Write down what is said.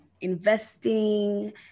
investing